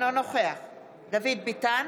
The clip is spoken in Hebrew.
אינו נוכח דוד ביטן,